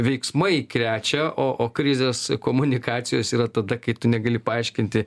veiksmai krečia o o krizės komunikacijos yra tada kai tu negali paaiškinti